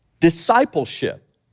discipleship